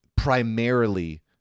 primarily